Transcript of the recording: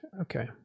okay